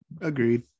agreed